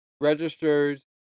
registers